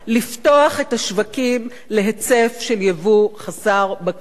לפתוח את השווקים להיצף של יבוא חסר בקרה,